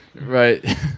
Right